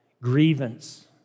grievance